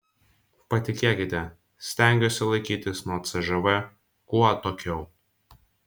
patikėkite stengiuosi laikytis nuo cžv kuo atokiau